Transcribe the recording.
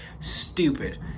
stupid